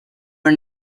are